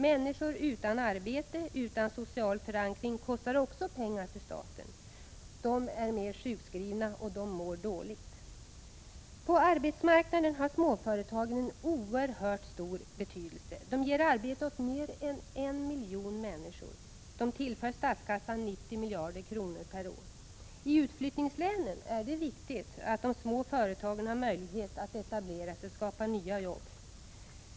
Människor utan arbete och utan social förankring kostar också pengar för staten. De är mer sjukskrivna, och de mår dåligt! Herr talman! På arbetsmarknaden har småföretagen en oerhört stor betydelse. De ger arbete åt mer än en miljon människor. De tillför statskassan 90 miljarder kronor per år. I utflyttningslänen är det viktigt att de små företagen har möjlighet att etablera sig och skapa nya jobb.